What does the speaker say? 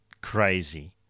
crazy